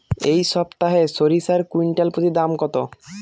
এই সপ্তাহে সরিষার কুইন্টাল প্রতি দাম কত?